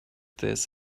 this